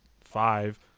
Five